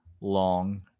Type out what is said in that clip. long